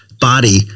body